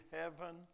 heaven